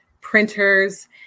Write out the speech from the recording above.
printers